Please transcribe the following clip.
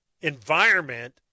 environment